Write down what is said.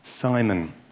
Simon